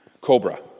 cobra